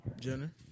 Jenner